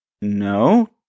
No